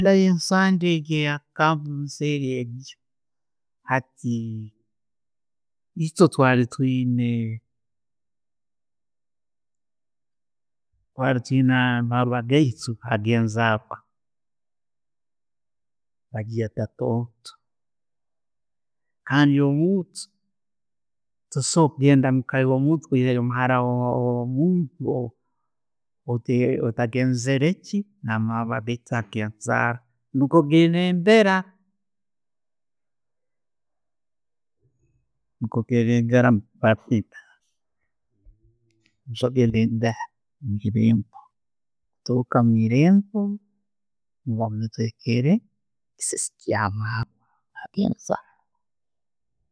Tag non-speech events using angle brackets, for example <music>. <unintelligible> Hati itwe twali tuyiine twali tuyine amarwa gaitu agenzaarwa. Bageita tonto kandi tosobora kugenda okayiiyayo nko omuhaara wo'muntu otte otta ottagenzere naki, namarwa gaitu agenzarwa. Nigo gebembera, <unintelligible>